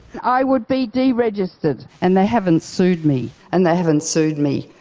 i would be deregistered. and they haven't sued me. and they haven't sued me,